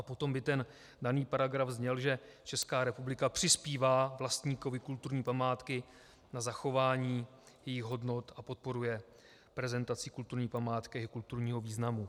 Potom by daný paragraf zněl, že Česká republika přispívá vlastníkovi kulturní památky na zachování jejích hodnot a podporuje prezentaci kulturní památky a jejího kulturního významu.